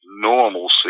normalcy